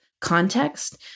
context